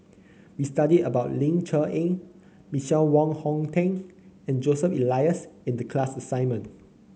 we studied about Ling Cher Eng Michael Wong Hong Teng and Joseph Elias in the class assignment